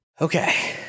Okay